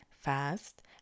fast